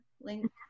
link